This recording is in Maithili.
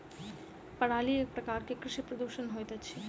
पराली एक प्रकार के कृषि प्रदूषण होइत अछि